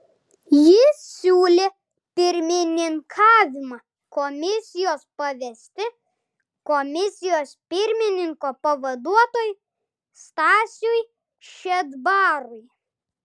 jis siūlė pirmininkavimą komisijos pavesti komisijos pirmininko pavaduotojui stasiui šedbarui